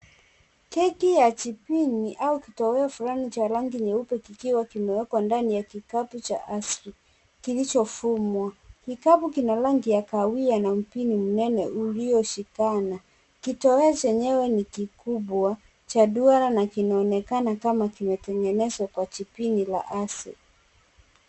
Keki ya jibini au kitoweo fulani cha rangi nyeupe kikiwa kimewekwa ndani ya kikapu cha asili kilichofumwa. Kikapu kina rangi ya kahawia na mpini mnene ulioshikana. Kitoweo chenyewe ni kikubwa cha duara na kinaonekana kama limetengenezwa kwa jipini la asili.